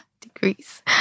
degrees